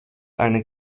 eine